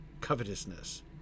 covetousness